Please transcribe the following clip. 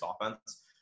offense